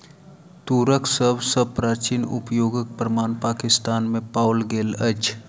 तूरक सभ सॅ प्राचीन उपयोगक प्रमाण पाकिस्तान में पाओल गेल अछि